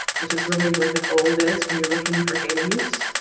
which is really where the gold is when you're looking for data use.